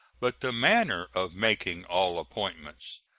but the manner of making all appointments.